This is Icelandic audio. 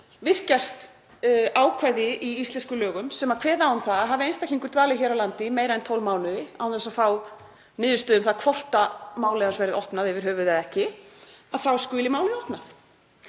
virkjast ákvæði í íslenskum lögum sem kveða á um að hafi einstaklingur dvalið hér á landi í meira en 12 mánuði án þess að fá niðurstöðu um það hvort málið verði opnað yfir höfuð eða ekki þá skuli málið opnað.